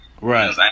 Right